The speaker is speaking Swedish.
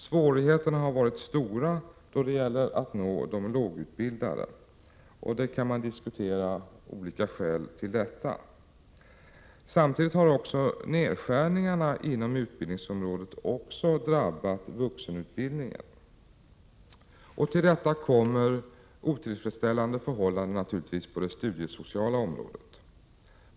Svårigheterna har varit stora då det gäller att nå de lågutbildade. Man kan diskutera olika skäl till det. Samtidigt har också nedskärningarna inom utbildningsområdet drabbat vuxenutbildningen. Därtill kommer otillfredsställande förhållanden på det studiesociala området.